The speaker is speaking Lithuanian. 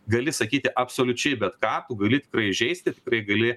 gali sakyti absoliučiai bet ką tu gali tikrai įžeisti tikrai gali